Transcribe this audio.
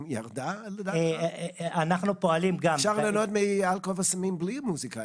תמיד אנחנו כפויי טובה כלפי משטרת ישראל,